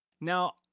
Now